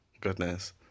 goodness